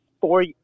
four